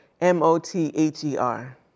M-O-T-H-E-R